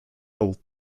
old